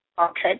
Okay